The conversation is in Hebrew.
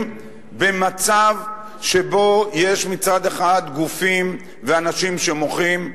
במצב שבו יש מצד אחד גופים ואנשים שמוחים,